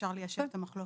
אפשר ליישב את המחלוקת.